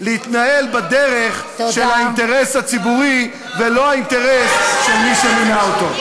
להתנהל בדרך של האינטרס הציבורי ולא של האינטרס של מי שמינה אותו.